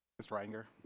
mr reitinger.